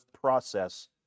process